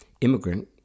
immigrant